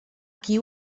qui